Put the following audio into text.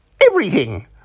everything